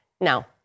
Now